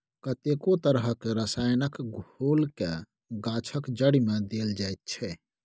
कतेको तरहक रसायनक घोलकेँ गाछक जड़िमे देल जाइत छै